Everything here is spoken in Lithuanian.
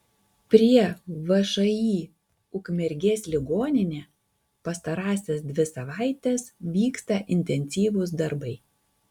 prie všį ukmergės ligoninė pastarąsias dvi savaites vyksta intensyvūs darbai